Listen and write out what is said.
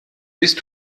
bist